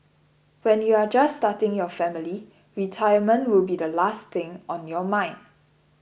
when you are just starting your family retirement will be the last thing on your mind